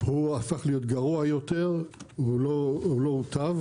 הפך להיות גרוע יותר, הוא לא הוטב.